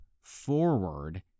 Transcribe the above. forward